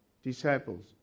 Disciples